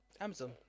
Amazon